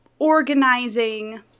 organizing